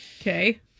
Okay